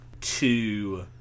two